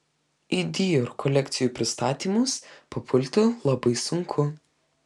į dior kolekcijų pristatymus papulti labai sunku